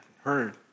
heard